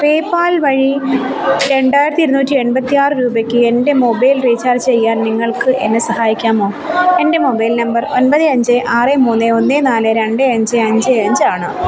PayPal വഴി രണ്ടായിരത്തി ഇരുന്നൂറ്റി എൺപത്തി ആറ് രൂപയ്ക്ക് എൻ്റെ മൊബൈൽ റീചാർജ് ചെയ്യാൻ നിങ്ങൾക്ക് എന്നെ സഹായിക്കാമോ എൻ്റെ മൊബൈൽ നമ്പർ ഒൻമ്പത് അഞ്ച് ആറ് മൂന്ന് ഒന്ന് നാല് രണ്ട് അഞ്ച് അഞ്ച് അഞ്ചാണ്